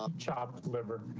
um chopped liver